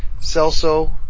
Celso